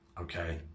okay